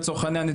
לצורך העניין,